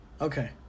Okay